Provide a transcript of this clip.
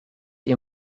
ihr